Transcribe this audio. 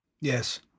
Yes